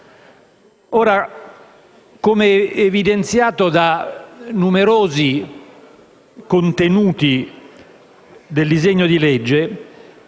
Come evidenziato da numerosi contenuti del disegno di legge,